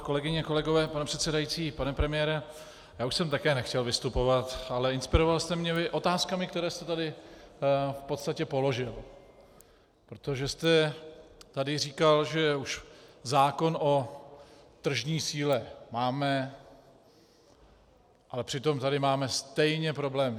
Kolegyně, kolegové, pane předsedající, pane premiére, já už jsem také nechtěl vystupovat, ale inspiroval jste mě otázkami, které jste tady v podstatě položil, protože jste tady říkal, že už zákon o tržní síle máme, ale přitom tady máme stejně problémy.